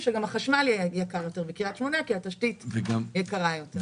שגם החשמל יהיה יקר יותר בקרית שמונה כי התשתית יקרה יותר.